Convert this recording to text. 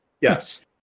Yes